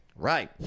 Right